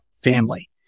family